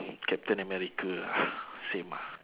captain america ah same ah